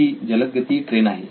ती जलदगती ट्रेन आहे